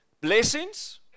blessings